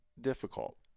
difficult